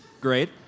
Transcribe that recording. great